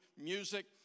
music